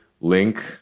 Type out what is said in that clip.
link